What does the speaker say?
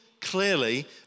clearly